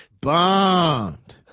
bombed.